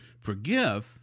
Forgive